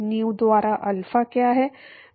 new द्वारा alpha क्या है